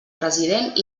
president